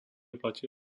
platí